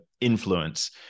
influence